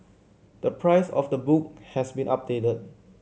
the price of the book has been updated